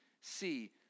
see